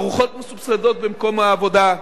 ארוחות מסובסדות במקום העבודה.